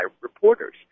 reporters